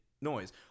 noise